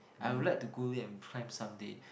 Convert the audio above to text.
I'd like to go there and climb some day